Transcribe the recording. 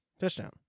Touchdown